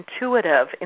intuitive